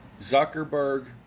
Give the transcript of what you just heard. Zuckerberg